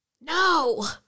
No